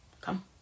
Come